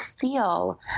feel